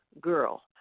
girl